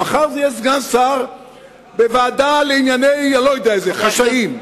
ומחר זה יהיה סגן שר בוועדה לענייני אני-לא-יודע-איזה חשאיים.